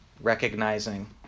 recognizing